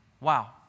Wow